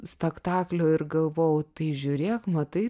spektaklių ir galvojau tai žiūrėk matai